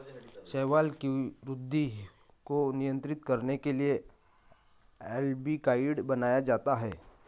शैवाल की वृद्धि को नियंत्रित करने के लिए अल्बिकाइड बनाया जाता है